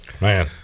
Man